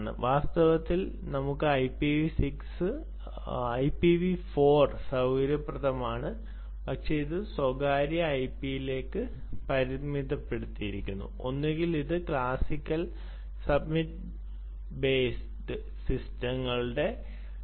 വാസ്തവത്തിൽ നമുക്ക് IPv4 സൌകര്യപ്രദമാണ് പക്ഷെ ഇത് സ്വകാര്യ IP യിലേക്ക് പരിമിതപ്പെടുത്തിയിരിക്കുന്നു ഒന്നുകിൽ ഇത് ക്ലാസിക്കൽ സബ്മിറ്റ് ബേസ്ഡ് സിസ്റ്റങ്ങളുടെ 10